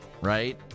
right